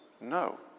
No